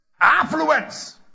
affluence